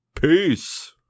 Peace